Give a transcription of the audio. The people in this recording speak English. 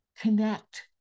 connect